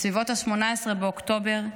בסביבות 18 באוקטובר,